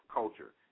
culture